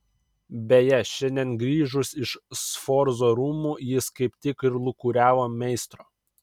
beje šiandien grįžus iš sforzų rūmų jis kaip tik ir lūkuriavo meistro